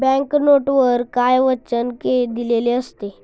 Bank नोटवर काय वचन दिलेले असते?